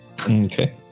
Okay